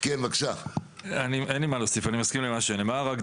אני מסכים למה שנאמר.